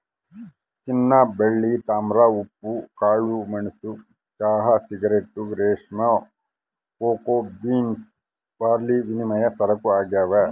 ಚಿನ್ನಬೆಳ್ಳಿ ತಾಮ್ರ ಉಪ್ಪು ಕಾಳುಮೆಣಸು ಚಹಾ ಸಿಗರೇಟ್ ರೇಷ್ಮೆ ಕೋಕೋ ಬೀನ್ಸ್ ಬಾರ್ಲಿವಿನಿಮಯ ಸರಕು ಆಗ್ಯಾವ